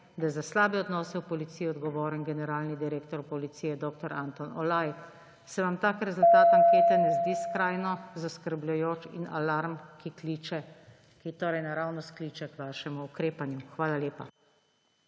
da za slabe odnose v Policiji je odgovoren generalni direktor Policije dr. Anton Olaj? Se vam tak rezultat ankete ne zdi skrajno zaskrbljujoč in alarm, ki naravnost kliče k vašemu ukrepanju? Hvala lepa.